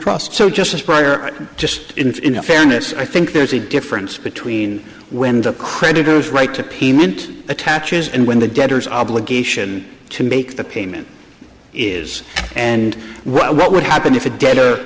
trust so just prior just in a fairness i think there's a difference between when the creditors write to payment attaches and when the debtors obligation to make the payment is and what would happen if a debtor